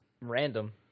random